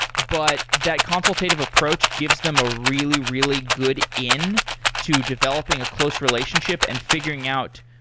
but that consultative approach gives them a really, really good in to developing a close relationship and figuring out,